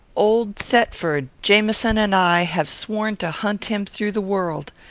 old thetford, jamieson, and i, have sworn to hunt him through the world.